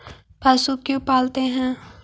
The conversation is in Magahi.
पशु क्यों पालते हैं?